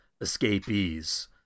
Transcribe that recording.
escapees